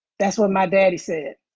that's what my daddy said.